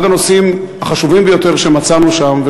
אחד הנושאים החשובים ביותר שמצאנו שם,